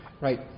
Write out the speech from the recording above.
right